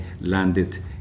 landed